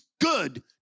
good